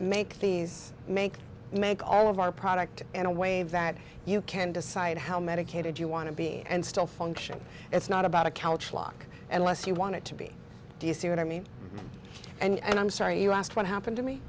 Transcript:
make these make make all of our product in a way that you can decide how medicated you want to be and still function it's not about a couch lock unless you want it to be do you see what i mean and i'm sorry you asked what happened to me